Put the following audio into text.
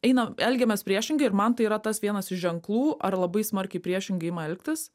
eina elgiamės priešingai ir man tai yra tas vienas iš ženklų ar labai smarkiai priešingai ima elgtis